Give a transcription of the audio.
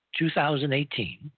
2018